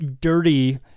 dirty